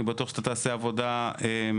אני בטוח שאתה תעשה עבודה מצוינת